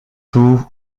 tout